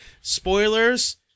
Spoilers